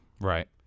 Right